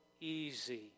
easy